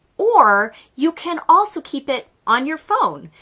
or you can also keep it on your phone.